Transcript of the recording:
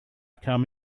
come